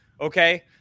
Okay